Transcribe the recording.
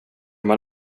man